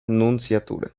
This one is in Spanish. nunciatura